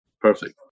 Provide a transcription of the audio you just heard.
perfect